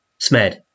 Smed